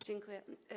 Dziękuję.